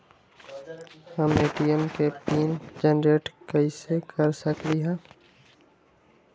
हम ए.टी.एम के pin generate कईसे कर सकली ह?